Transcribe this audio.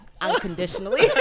unconditionally